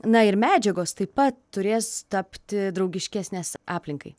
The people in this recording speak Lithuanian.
na ir medžiagos taip pat turės tapti draugiškesnės aplinkai